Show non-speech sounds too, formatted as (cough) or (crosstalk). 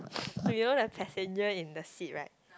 (noise) so you know the passenger in the seat right